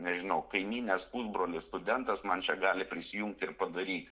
nežinau kaimynės pusbrolis studentas man čia gali prisijungti ir padaryti